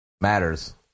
Matters